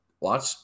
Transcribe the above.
watch